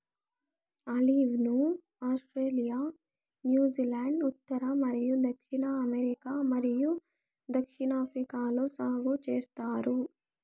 olive ను Australia, New Zealand, ఉత్తర మరియు దక్షిణ అమెరికా మరియు దక్షిణాఫ్రికాలో సాగు చేస్తారు